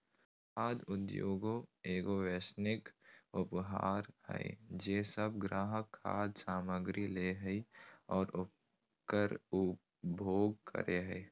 खाद्य उद्योगएगो वैश्विक व्यापार हइ जे सब ग्राहक खाद्य सामग्री लय हइ और उकर उपभोग करे हइ